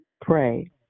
pray